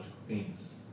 themes